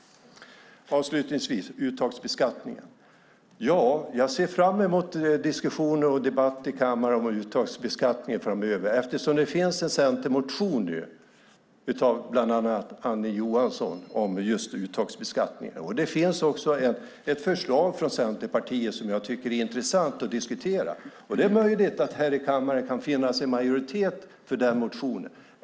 Avslutningsvis vill jag ta upp uttagsbeskattningen. Jag ser fram emot diskussioner och debatt i kammaren om uttagsbeskattningen framöver, eftersom det finns en centermotion nu av bland annat Annie Johansson om just uttagsbeskattningen. Det finns också ett förslag från Centerpartiet som jag tycker är intressant att diskutera. Det är möjligt att här i kammaren kan finnas en majoritet för den motionen.